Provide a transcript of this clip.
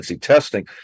testing